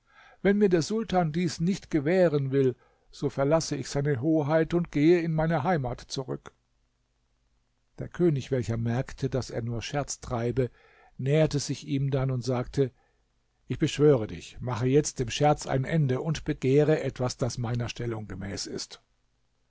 wenn mir der sultan dies nicht gewähren will so verlasse ich seine hoheit und gehe in meine heimat zurück der könig welcher merkte daß er nur scherz treibe näherte sich ihm dann und sagte ich beschwöre dich mache jetzt dem scherz ein ende und begehre etwas das meiner stellung gemäß ist